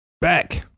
back